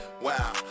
Wow